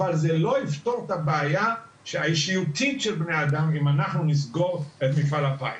אבל זה לא יפתור את הבעיה האישיותית של בני האדם אם נסגור את מפעל הפיס.